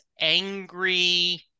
angry